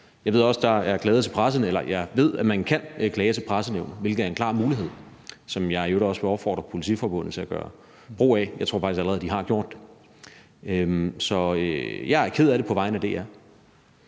Jeg ved også, at man kan klage til Pressenævnet, hvilket er en klar mulighed, som jeg i øvrigt også vil opfordre Politiforbundet til at gøre brug af. Jeg tror faktisk allerede, de har gjort det. Så jeg er ked af det på vegne af DR.